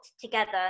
together